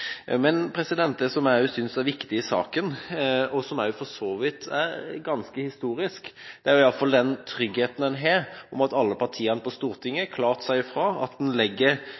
for så vidt er ganske historisk, er iallfall den tryggheten en har om at alle partiene på Stortinget klart sier fra at en legger